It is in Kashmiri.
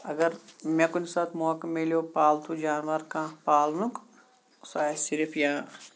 اَگر مےٚ کُنہِ ساتہٕ موقعہٕ مِلیو پالتوٗ جاناوار کانہہ پالنُک سُہ آسہِ صِرف یا